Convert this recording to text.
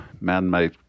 man-made